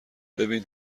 ببین